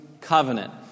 covenant